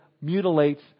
mutilates